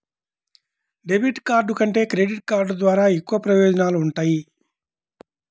debit card కంటే credit card ద్వారా ఎక్కువ ప్రయోజనాలు వుంటయ్యి